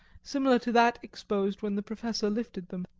similar to that exposed when the professor lifted them.